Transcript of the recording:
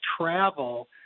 travel